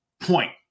point